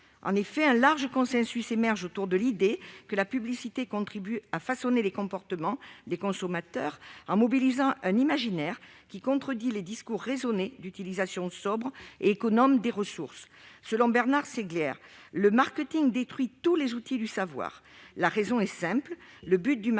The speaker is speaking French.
En effet, un large consensus émerge autour de l'idée que la publicité contribue à façonner les comportements des consommateurs, en mobilisant un imaginaire contradictoire avec les discours raisonnés d'utilisation sobre et économe des ressources. Selon Bernard Stiegler, le marketing détruit tous les outils du savoir. La raison est simple : le marketing